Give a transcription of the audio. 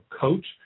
coach